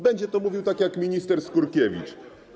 Będzie mówił tak jak minister Skurkiewicz.